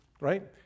Right